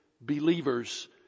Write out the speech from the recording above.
believers